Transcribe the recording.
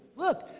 look,